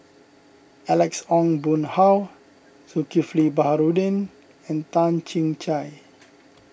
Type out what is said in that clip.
Alex Ong Boon Hau Zulkifli Baharudin and Toh Chin Chye